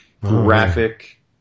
graphic